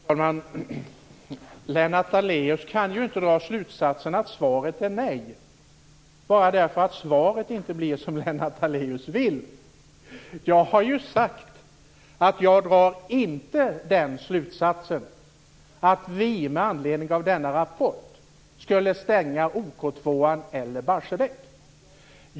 Fru talman! Lennart Daléus kan inte dra slutsatsen att svaret är nej bara därför att svaret inte blir som han vill. Jag har sagt att jag inte drar den slutsatsen att vi med anledning av denna rapport skulle stänga OK 2 eller Barsebäck.